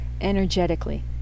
energetically